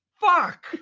fuck